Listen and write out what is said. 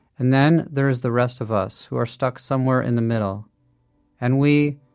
and then there is the rest of us who are stuck somewhere in the middle and we,